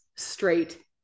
straight